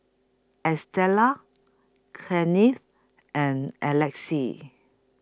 Estella Kenneth and Alexis